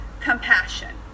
compassion